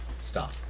Stop